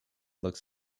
looks